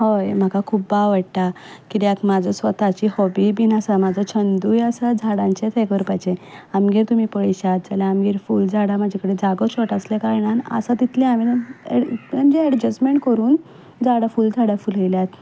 हय म्हाका खूब आवडटा कित्याक म्हाजो स्वताची हॉबी बीन आसा म्हाजो छंदूय आसा झाडांचेंच हे करपाचें आमगेर तुमी पळयश्यात जाल्यार आमगेर फूल झाडां म्हजे कडेन जागो शोर्ट आसल्या कारणान आसा तितलीं हांवें एड म्हणजे एडज्स्टमेंट करून झाडां फुलझाडां फुलयल्यांत